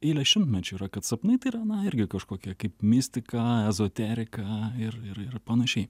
eilę šimtmečių yra kad sapnai tai yra na irgi kažkokia kaip mistika ezoterika ir ir ir panašiai